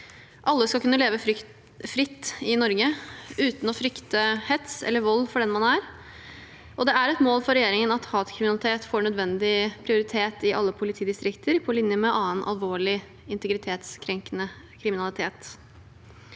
Alle skal kunne leve fritt i Norge uten å frykte hets eller vold for den man er, og det er et mål for regjeringen at hatkriminalitet får nødvendig prioritet i alle politidistrikter, på linje med annen alvorlig integritetskrenkende kriminalitet.